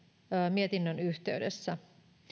mietinnön yhteydessä